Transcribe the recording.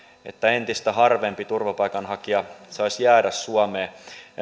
että entistä harvempi turvapaikanhakija saisi jäädä suomeen